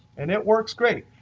and it works great.